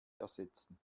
ersetzen